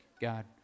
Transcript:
God